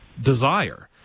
desire